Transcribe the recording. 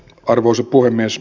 arvoisa puhemies